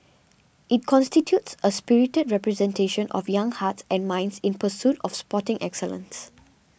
it constitutes a spirited representation of young hearts and minds in pursuit of sporting excellence